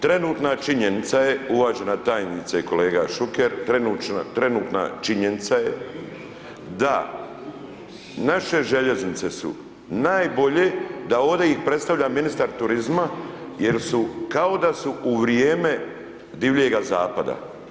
Trenutna činjenica je uvažena tajnice i kolega Šuker, trenutna činjenica je da naše željeznice su najbolje da ovdje ih predstavlja ministar turizma jer su kao da su u vrijeme Divljega zapada.